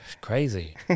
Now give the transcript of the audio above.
Crazy